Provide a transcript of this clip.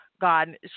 God